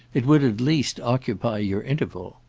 it would at least occupy your interval.